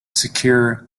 secure